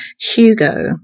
Hugo